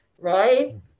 right